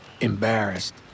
Embarrassed